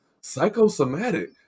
psychosomatic